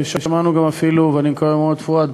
שמענו גם אפילו, ואני מקווה מאוד, פואד,